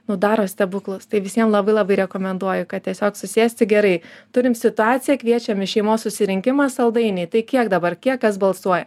nu daro stebuklus tai visiem labai labai rekomenduoju kad tiesiog susėsti gerai turim situaciją kviečiam į šeimos susirinkimą saldainiai tai kiek dabar kiek kas balsuoja